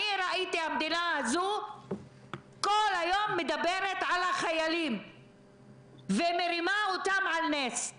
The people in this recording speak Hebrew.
ראיתי שהמדינה הזאת כל היום מדברת על החיילים ומרימה אותם על נס.